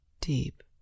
deep